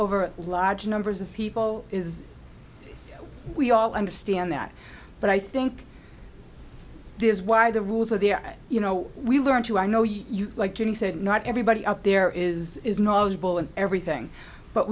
over large numbers of people is we all understand that but i think this is why the rules are there you know we learn to i know you like jenny said not everybody out there is is knowledgeable and everything but